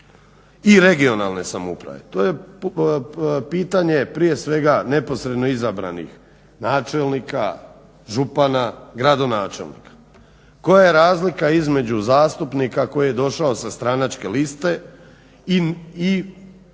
i regionalne samouprave. To je pitanje prije svega neposredno izabranih načelnika, župana, gradonačelnika. Koja je razlika između zastupnika koji je došao sa stranačke liste i po meni